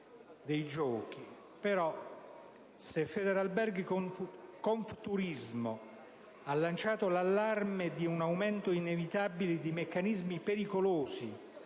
però se Federalberghi-Confturismo ha lanciato l'allarme di un aumento inevitabile di meccanismi pericolosi